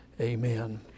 Amen